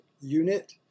unit